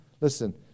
listen